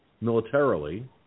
militarily